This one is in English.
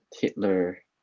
Hitler